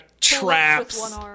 traps